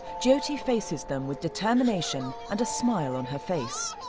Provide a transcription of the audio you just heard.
jyoti faces them with determination and a smile on her face.